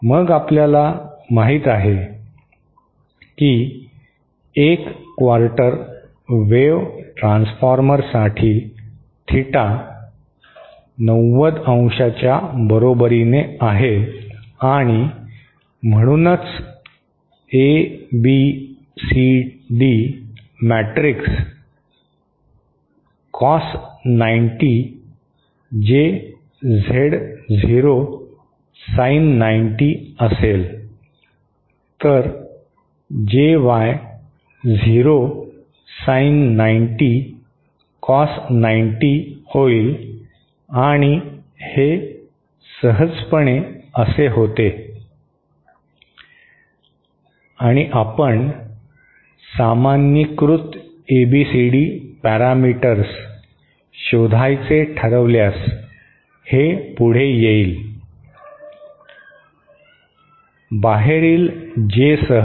मग आपल्याला माहित आहे की एक क्वार्टर वेव्ह ट्रान्सफॉर्मरसाठी थीटा 90° च्या बरोबरीने आहे आणि म्हणूनच एबीसीडी मॅट्रिक्स कॉस 90 जे झेड झिरो साईन 90 असेल तर जे वाय झिरो साईन 90 कॉस 90 होईल आणि हे सहजपणे असे होते आणि आपण सामान्यीकृत एबीसीडी पॅरामीटर्स शोधायचे ठरवल्यास हे पुढे येईल बाहेरील J सह